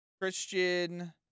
Christian